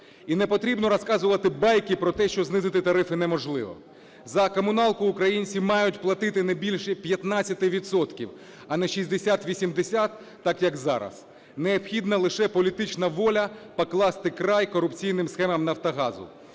І не потрібно розказувати байки про те, що знизити тарифи неможливо. За комуналку українці мають платити не більше 15 відсотків, а не 60-80, так як зараз. Необхідна лише політична воля покласти край корупційним схемам "Нафтогазу",